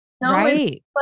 Right